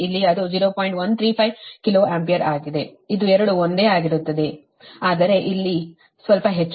135 kilo ampere ಆಗಿದೆ ಇದು 2 ಒಂದೇ ಆಗಿರುತ್ತದೆ ಈ 2 ಒಂದೇ ಆದರೆ ಇಲ್ಲಿ ಅದು ಸ್ವಲ್ಪ ಹೆಚ್ಚು